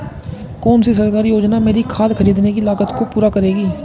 कौन सी सरकारी योजना मेरी खाद खरीदने की लागत को पूरा करेगी?